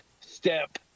step